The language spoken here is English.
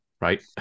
right